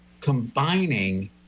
combining